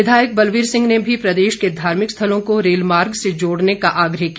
विधायक बलबीर सिंह ने भी प्रदेश के धार्मिक स्थलों को रेलमार्ग से जोडने का आग्रह किया